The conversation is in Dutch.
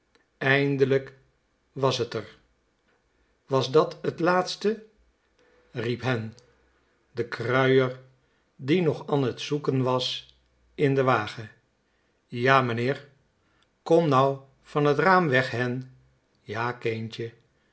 eindelijk was t er was dat t laatste riep hen den kruier die nog an t zoeken was in den wagen ja meneer kom nou van t raam weg hen ja kindje